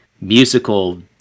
musical